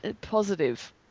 Positive